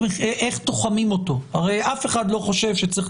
איך תוחמים אותו הרי אף אחד לא חושב שצריך